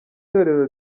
torero